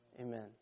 Amen